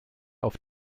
auf